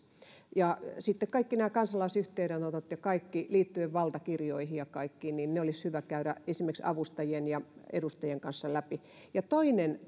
ja sitten kaikki nämä kansalaisyhteydenotot ja kaikki liittyen valtakirjoihin ja kaikkiin olisi hyvä käydä esimerkiksi avustajien ja edustajien kanssa läpi ja toinen